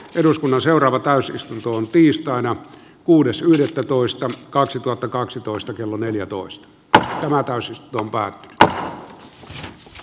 eduskunnan seuraava täysistuntoon tiistaina kuudes yhdettätoista kaksituhattakaksitoista kello neljätoista tähkämaa asian käsittely keskeytetään